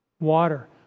water